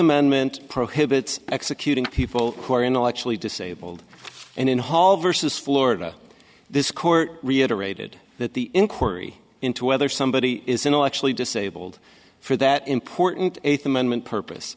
amendment prohibits executing people who are intellectually disabled and in hall versus florida this court reiterated that the inquiry into whether somebody is intellectually disabled for that important eighth amendment purpose